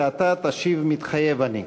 ואתה תשיב: "מתחייב אני".